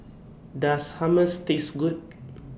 Does Hummus Taste Good